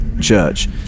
church